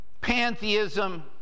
pantheism